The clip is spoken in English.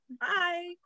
Bye